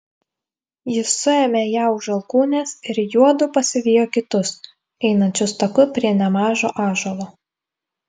jis suėmė ją už alkūnės ir juodu pasivijo kitus einančius taku prie nemažo ąžuolo